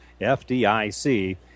FDIC